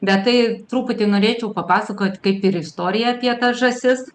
bet tai truputį norėčiau papasakot kaip ir istoriją apie tas žąsis